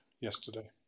yesterday